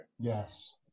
Yes